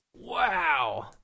wow